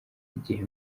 igihe